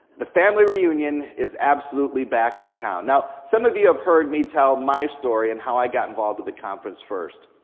the family reunion is absolutely back in town. now, some of you have heard me tell my story and how i got involved with the conference first.